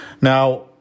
Now